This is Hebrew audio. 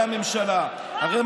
הממשלה 12 שנה.